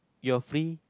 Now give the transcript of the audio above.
you're free